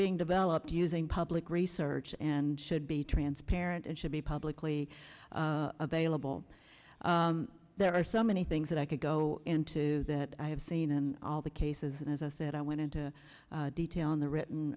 being developed using public research and should be transparent and should be publicly available there are so many things that i could go into that i have seen in all the cases and as i said i went into detail in the written